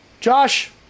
Josh